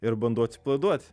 ir bandau atsipalaiduot